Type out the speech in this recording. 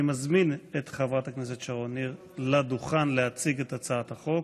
אני מזמין את חברת הכנסת שרון ניר לדוכן להציג את הצעת החוק.